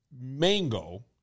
mango